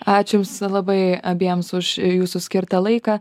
ačiū jums labai abiems už jūsų skirtą laiką